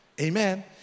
Amen